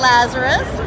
Lazarus